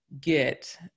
get